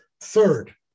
Third